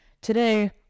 Today